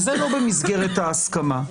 וזה לא במסגרת ההסכמה,